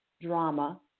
drama